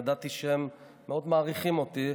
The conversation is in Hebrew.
ידעתי שהם מאוד מעריכים אותי,